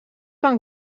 van